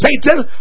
Satan